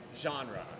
genre